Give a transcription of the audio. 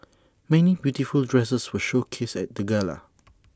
many beautiful dresses were showcased at the gala